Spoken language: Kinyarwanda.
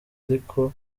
ariko